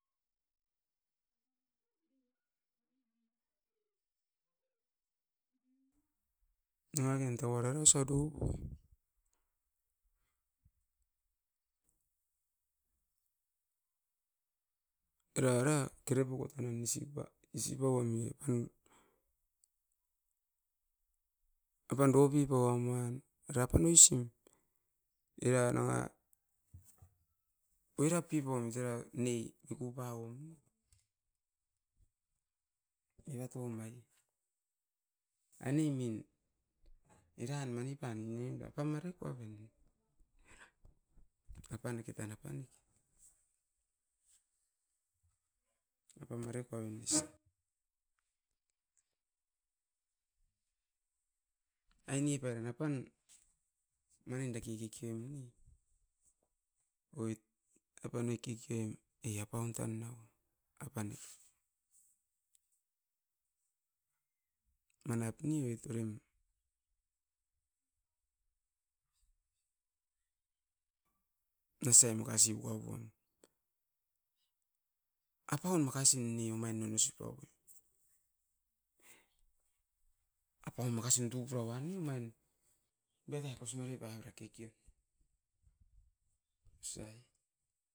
Nanga ken tauara era osa doupo, era ora kere puko tan non isipa, isi pauam apam, apan doupi pauam uan, era apan oisim. Era nanga, oirap pipau'amit era ne miku pauom. Evatou mai, ainemin eran mani pan niera apam marikoa ven, apaneke tan apaneke. Apam marepau omi osa ainie pairan apan manin daki kikiom ne, oit apan o kikioim e apaun tan naua apaneke. Manap ni oi torem, nasiai makasi pua puam. Apaun makasi ne omain nono sipau, apau makasin tupura uan ne omain. Biatai kosimare pavera kekion. Osa i.